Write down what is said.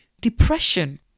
depression